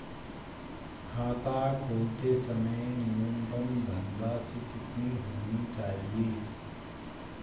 खाता खोलते समय न्यूनतम धनराशि कितनी होनी चाहिए?